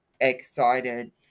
excited